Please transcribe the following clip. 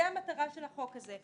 זה המטרה של החוק הזה.